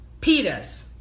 pitas